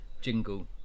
jingle